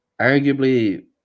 Arguably